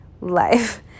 life